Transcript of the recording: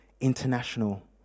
International